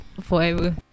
forever